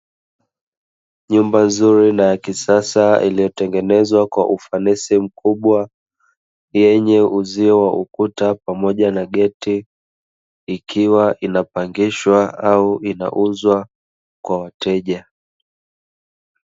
Nyumba nzuri na ya kisasa, iliyotengenezwa kwa ufanisi mkubwa yenye uzio wa ukuta pamoja na geti ikiwa inapangishwa au inauzwa kwa wateja.